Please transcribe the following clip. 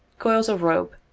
coils of rope,